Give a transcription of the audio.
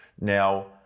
Now